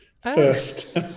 first